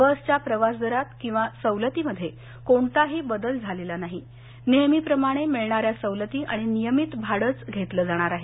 बसच्या प्रवास दरात किंवा सवलतीमध्ये कोणताही बदल झालेला नाही नेहमी प्रमाणे मिळणाऱ्या सवलती आणि नियमित भाडच घेतलं जाणार आहे